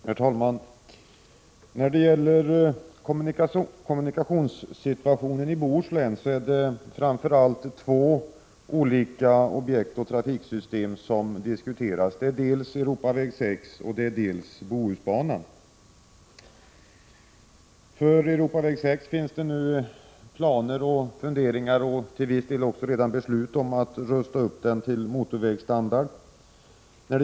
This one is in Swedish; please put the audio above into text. Herr talman! Vad gäller kommunikationssituationen i Bohuslän är det framför allt två olika objekt och trafiksystem som diskuteras, nämligen dels E 6, dels Bohusbanan. Det finns planer på, funderingar om och till viss del redan beslut om att rusta upp E 6 till motorvägsstandard.